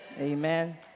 Amen